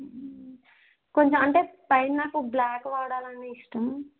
కొంచెం అంటే పైన నాకు బ్లాక్ వాడాలని ఇష్టం